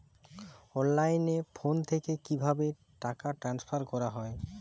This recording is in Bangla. অনলাইনে ফোন থেকে কিভাবে টাকা ট্রান্সফার করা হয়?